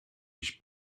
ich